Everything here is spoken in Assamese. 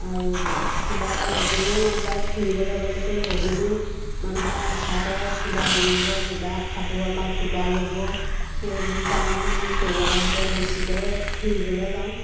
আৰু কিবা এটা ল'বলৈও মন যায় ফুৰিবলৈ গ'লেতো বহুতো মানুহে আশা কৰে কিবা আনিব কিবা খাব বা কিবা ল'ব সেইবোৰ কাৰণে আমি পৰিয়ালৰ ভিতৰত বেছিকৈ ফুৰিবলৈ যাওঁ